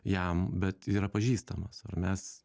jam bet yra pažįstamas ar mes